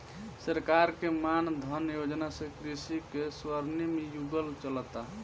सरकार के मान धन योजना से कृषि के स्वर्णिम युग चलता